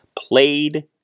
Played